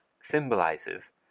symbolizes